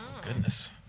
Goodness